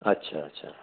ਅੱਛਾ ਅੱਛਾ